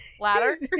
Ladder